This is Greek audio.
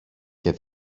και